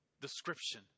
description